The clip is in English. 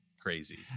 crazy